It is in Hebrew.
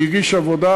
שהגיש עבודה,